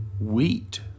wheat